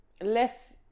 less